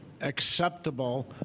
acceptable